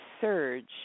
surge